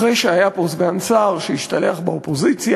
אחרי שהיה פה סגן שר שהשתלח באופוזיציה,